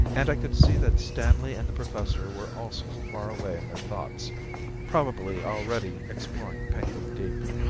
and i could see that stanley and the professor were also far away in their thoughts probably already exploring penguin deep.